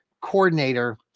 coordinator